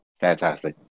fantastic